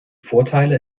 vorteile